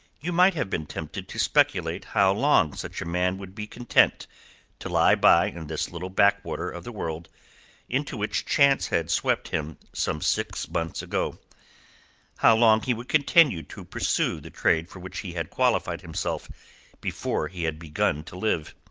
you might have been tempted to speculate how long such a man would be content to lie by in this little backwater of the world into which chance had swept him some six months ago how long he would continue to pursue the trade for which he had qualified himself before he had begun to live.